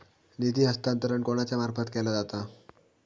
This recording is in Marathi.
निधी हस्तांतरण कोणाच्या मार्फत केला जाता?